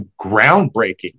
groundbreaking